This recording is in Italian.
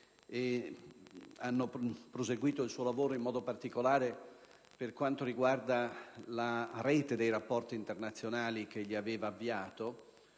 hanno proseguito il suo lavoro, in modo particolare per quanto riguarda la rete dei rapporti internazionali che egli aveva avviato,